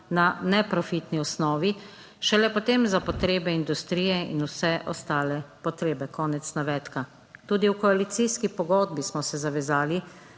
na neprofitni osnovi šele potem za potrebe industrije in vse ostale potrebe." - konec navedka. Tudi v koalicijski pogodbi smo se zavezali,